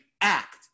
act